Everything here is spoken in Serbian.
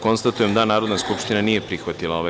Konstatujem da Narodna skupština nije prihvatila ovaj